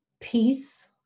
Peace